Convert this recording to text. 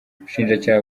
ubushinjacyaha